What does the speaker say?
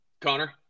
Connor